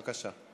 בבקשה.